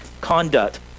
conduct